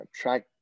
track